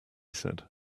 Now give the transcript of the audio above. said